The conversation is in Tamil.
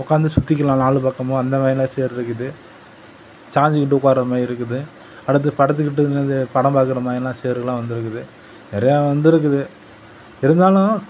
உக்காந்து சுத்திக்கலாம் நாலு பக்கமும் அந்தமாதிரில்லாம் சேர் இருக்குது சாய்ஞ்சிக்கிட்டு உட்கார்ற மாதிரி இருக்குது அடுத்து படுத்துக்கிட்டு படம் பாக்கிற மாதிரில்லாம் சேர்லாம் வந்திருக்குது நிறையா வந்திருக்குது இருந்தாலும்